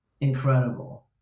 incredible